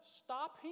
stop